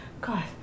God